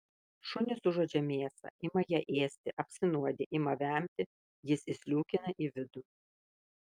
šunys užuodžia mėsą ima ją ėsti apsinuodija ima vemti jis įsliūkina į vidų